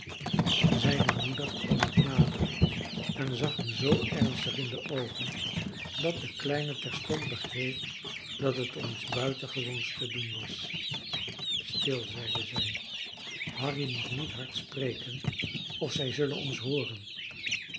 zijne moeder kwam nog nader en zag hem zoo ernstig in de oogen dat de kleine terstond begreep dat het om iets buitengewoons te doen was stil zeide zij harry moet niet hard spreken of zij zullen ons hooren